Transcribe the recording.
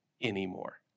anymore